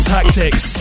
Tactics